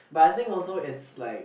but I think also it's like